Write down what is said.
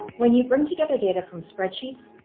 when you bring together data from spreadsheets,